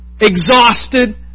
exhausted